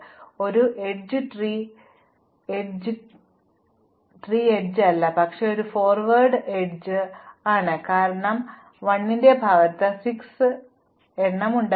അതിനാൽ ഈ എഡ്ജ് ഒരു ട്രീ എഡ്ജ് ഒരു ട്രീ എഡ്ജ് അല്ല പക്ഷേ ഇത് ഒരു ഫോർവേഡ് എഡ്ജ് ആണ് കാരണം 1 ഭാഗത്ത് 6 എണ്ണം ഉണ്ടായിരുന്നു